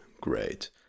great